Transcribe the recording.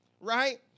Right